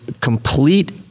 complete